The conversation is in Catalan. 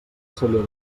celler